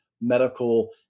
medical